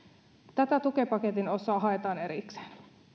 tätä tukipaketin osaa haetaan erikseen